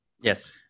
Yes